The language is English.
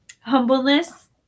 humbleness